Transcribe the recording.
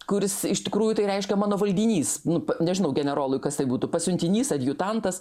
kuris iš tikrųjų tai reiškia mano valdinys nu nežinau generolui kas tai būtų pasiuntinys adjutantas